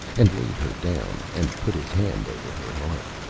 and laid her down, and put his hand over her heart.